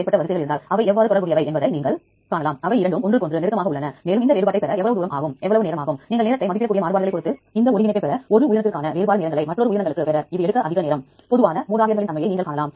மேலும் நீங்கள் Uniprot KB எவ்வாறு அதிகமாக பயன்படுத்துவது என்பது பற்றி அறிய Uniprot கையேட்டை நீங்கள் காணலாம்